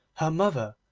her mother,